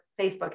Facebook